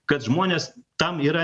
kad žmonės tam yra